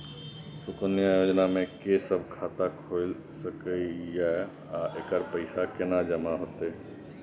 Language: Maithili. सुकन्या योजना म के सब खाता खोइल सके इ आ एकर पैसा केना जमा होतै?